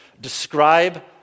describe